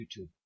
YouTube